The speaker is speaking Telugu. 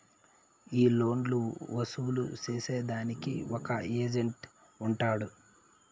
ఈ లోన్లు వసూలు సేసేదానికి ఒక ఏజెంట్ ఉంటాడు